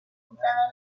centrada